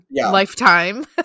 lifetime